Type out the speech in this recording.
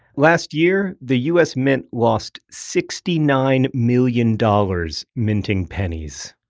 last year, the u s. mint lost sixty nine million dollars minting pennies.